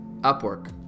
upwork